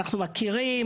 אנחנו מכירים,